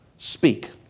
speak